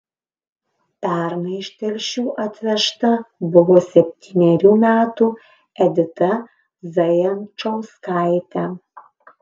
pernai iš telšių atvežta buvo septynerių metų edita zajančauskaitė